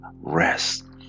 rest